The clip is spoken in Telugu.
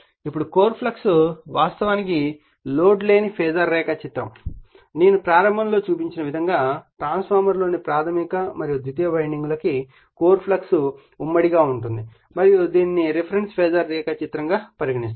ఇప్పుడు కోర్ ఫ్లక్స్ వాస్తవానికి లోడ్ లేని ఫాజర్ రేఖాచిత్రం నేను ప్రారంభంలో చూపించిన విధంగా ట్రాన్స్ఫార్మర్లోని ప్రాధమిక మరియు ద్వితీయ వైండింగ్లకు కోర్ ఫ్లక్స్ ఉమ్మడి గా ఉంటుంది మరియు దీనిని రిఫరెన్స్ ఫాజర్ రేఖాచిత్రంగా పరిగణిస్తారు